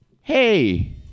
Hey